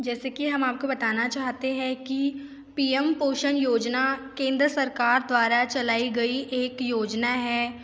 जैसे कि हम आपको बताना चाहते हैं कि पी एम पोषण योजना केंद्र सरकार द्वारा चलाई गई एक योजना है